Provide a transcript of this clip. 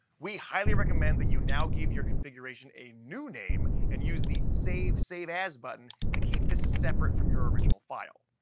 we highly recommend that you now give your configuration a new name and use the save save as button to keep this separate from your original file.